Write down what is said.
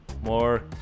more